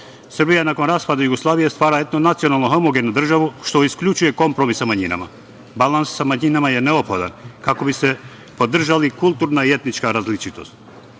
nakon raspada Jugoslavije stvara etnonacionalnu homogenu državu, što isključuje kompromis sa manjinama. Balans sa manjinama je neophodan, kako bi se podržali kulturna i etnička različitost. Politički